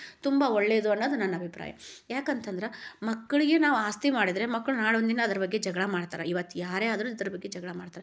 ತುಂಬ ಒಳ್ಳೆಯದು ಅನ್ನೋದು ನನ್ನ ಅಭಿಪ್ರಾಯ ಯಾಕಂತಂದ್ರೆ ಮಕ್ಕಳಿಗೆ ನಾವು ಆಸ್ತಿ ಮಾಡಿದರೆ ಮಕ್ಳು ನಾಳೊಂದಿನ ಅದ್ರ ಬಗ್ಗೆ ಜಗಳ ಮಾಡ್ತಾರೆ ಇವತ್ಯಾರೆ ಆದರೂ ಅದ್ರ ಬಗ್ಗೆ ಜಗಳ ಮಾಡ್ತಾರೆ